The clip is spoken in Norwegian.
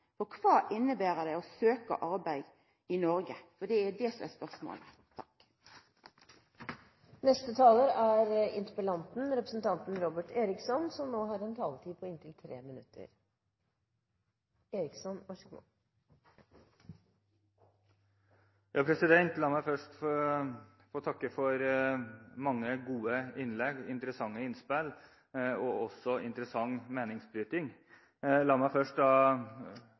kva inneber det å søkja arbeid i Noreg? Det er det som er spørsmålet. La meg først få takke for mange gode innlegg og interessante innspill og også for interessant meningsbryting. La meg vie representanten Trettebergstuen litt oppmerksomhet. I sitt innlegg tok hun frem det gamle slagordet til Arbeiderpartiet: «Gjør din plikt og